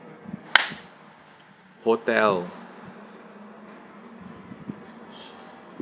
hotel